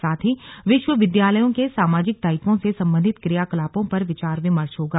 साथ ही विश्वविद्यालयों के सामाजिक दायित्वों से संबंधित क्रियाकलापों पर विचार विमर्श होगा